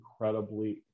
incredibly